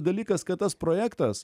dalykas kad tas projektas